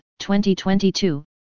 2022